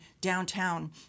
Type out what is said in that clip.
downtown